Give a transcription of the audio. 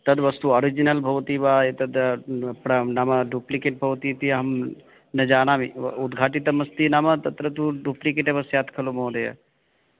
तद् वस्तु ओरिजिनल् भवति वा एतद् प्र नाम डुप्लिकेट् भवति इति अहं न जानामि व उद्घाटितमस्ति नाम तत्र तु डुप्लिकेट् एव स्यात् खलु महोदय